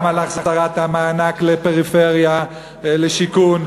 גם על החזרת המענק לפריפריה, לשיכון,